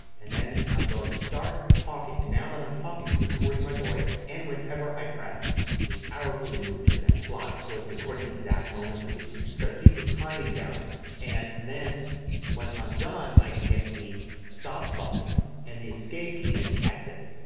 and then i'm going to start talking. and now that i'm talking it's recording my voice and whenever i press the arrow key to move to the next slide. so it's recording the exact moments of these. it's going to keep the timing down and then when i'm done i can hit the stop button and the escape key then to exit.